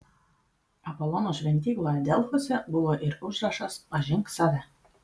apolono šventykloje delfuose buvo ir užrašas pažink save